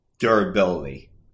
durability